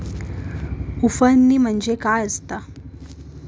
उफणणी म्हणजे काय असतां?